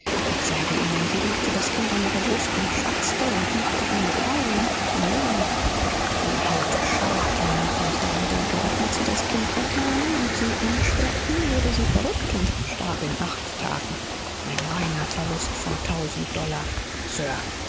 ich sage euch sie drückte das kind in ihre arme und schrie und gebährdete sich auf eine schrecklich weise es läuft mir noch jetzt kalt über wenn ich daran denke und als sie das kind fortschleppten und sie einsperrten fing sie an zu rasen und war acht tage nachher todt tausend dollar